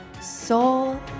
soul